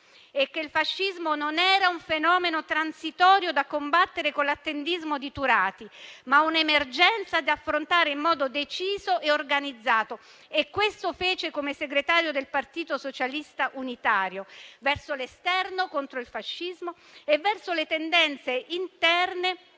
e che il fascismo non era un fenomeno transitorio da combattere con l'attendismo di Turati, ma un'emergenza da affrontare in modo deciso e organizzato. Questo fece come segretario del Partito socialista unitario, verso l'esterno contro il fascismo e verso le tendenze interne